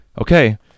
okay